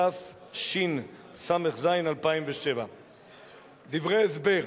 התשס"ז 2007. דברי ההסבר: